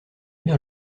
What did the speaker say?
bien